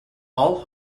all